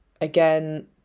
Again